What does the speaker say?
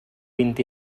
vint